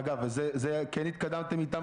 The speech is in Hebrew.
אגב, בזה כן התקדמתם איתם?